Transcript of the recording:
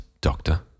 doctor